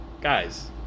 guys